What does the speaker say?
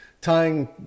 tying